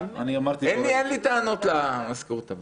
אין לי טענות למזכירות הוועדה.